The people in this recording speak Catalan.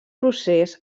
procés